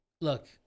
look